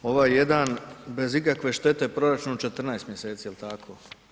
Ovaj jedan bez ikakve štete u proračunu, 14. mj., jel tako?